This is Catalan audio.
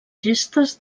gestes